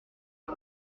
pas